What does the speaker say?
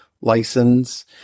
license